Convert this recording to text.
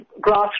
grass